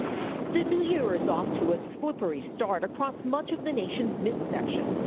the new year is off to a slippery start across much of the nation's midsection.